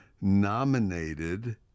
nominated